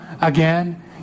again